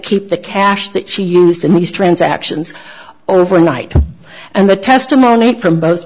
keep the cash that she used in these transactions over night and the testimony from both